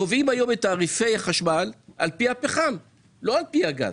קובעים היום את תעריפי החשמל על פי הפחם ולא על פי הגז.